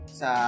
sa